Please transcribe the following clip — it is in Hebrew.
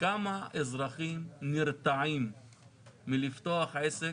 כמה אזרחים נרתעים מלפתוח עסק